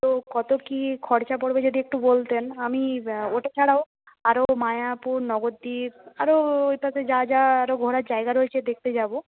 তো কত কী খরচা পড়বে যদি একটু বলতেন আমি ওটা ছাড়াও আরও মায়াপুর নবদ্বীপ আরও ওইপাশে যা যা আরও ঘোরার জায়গা রয়েছে দেখতে যাব